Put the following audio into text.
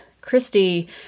Christy